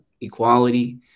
equality